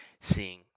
seeing